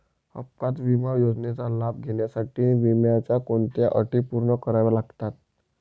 अपघात विमा योजनेचा लाभ घेण्यासाठी विम्याच्या कोणत्या अटी पूर्ण कराव्या लागतात?